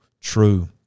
true